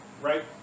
right